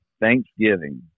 Thanksgiving